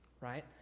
Right